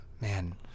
Man